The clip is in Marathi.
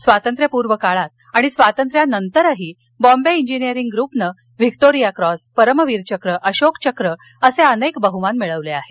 स्वातंत्रपूर्व काळात आणि स्वातंत्र्यानंतरही बॉम्बे इंजीनियरींग ग्रूपनं व्हिक्टोरिया क्रॉस परमवीर चक्र अशोक चक्र असे बहमान मिळवले आहेत